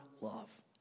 love